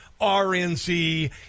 RNC